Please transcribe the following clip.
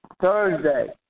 Thursday